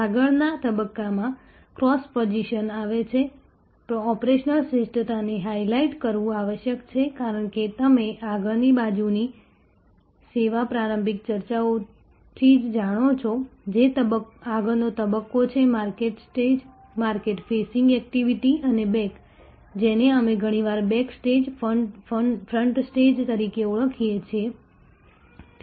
આગળના તબક્કામાં cross position આવે છે ઓપરેશનલ શ્રેષ્ઠતાને હાઇલાઇટ કરવું આવશ્યક છે કારણ કે તમે આગળની બાજુની સેવામાં પ્રારંભિક ચર્ચાઓથી જ જાણો છો જે આગળનો તબક્કો છે market stage market facing activity અને બેક જેને અમે ઘણીવાર બેક સ્ટેજ ફ્રન્ટ સ્ટેજતરીકે ઓળખીએ છીએ